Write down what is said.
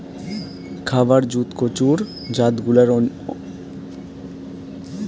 খাবার জুত কচুর জাতগুলার অইন্যতম হইলেক পাইদনাইল, ওলকচু, দুধকচু, মানকচু, বাক্সকচু আদি